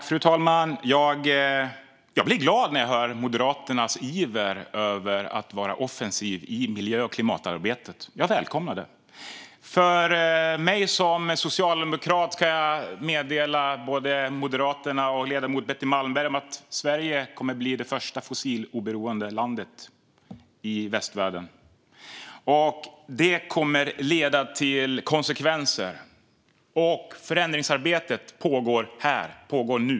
Fru talman! Jag blir glad när jag hör Moderaternas iver att vara offensiva i miljö och klimatarbetet; jag välkomnar det. Som socialdemokrat kan jag meddela både Moderaterna och ledamoten Betty Malmberg att Sverige kommer att bli det första fossiloberoende landet i västvärlden, och det kommer att få konsekvenser. Förändringsarbetet pågår här och nu.